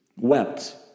wept